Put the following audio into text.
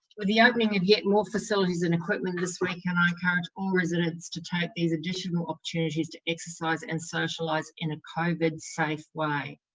with the opening of yet more facilities and equipment this weekend, i encourage all residents to take these additional opportunities to exercise and socialise in a covid safe way.